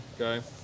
Okay